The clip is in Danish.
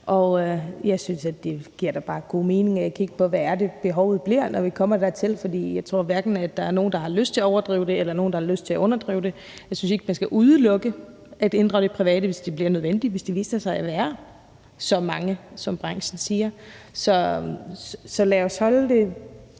da bare, det giver god mening at kigge på, hvad behovet bliver, når vi kommer dertil, for jeg tror hverken der er nogen, der har lyst til at overdrive det, eller nogen, der har lyst til at underdrive det. Jeg synes ikke, man skal udelukke atinddrage det private, hvis det bliver nødvendigt, altså hvis det viser sig at være så mange, som branchen siger. Så lad os forholde